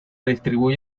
distribuye